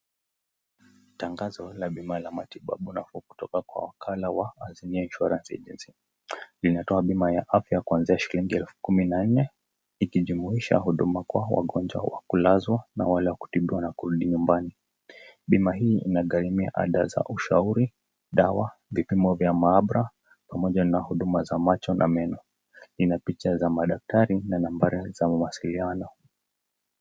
Tangazo la bima la matibabu na kutoka kwa wakala wa Azimio Insurance Agency. Linatoa bima ya afya kuanzia shilingi elfu kumi na nne, ikijumuisha huduma kwa wagonjwa wa kulazwa na wale wa kutibiwa na kurudi nyumbani. Bima hii inagharimia ada za ushauri, dawa, vipimo vya maabara pamoja na huduma za macho na meno. Ina picha za madaktari na nambari za mawasiliano.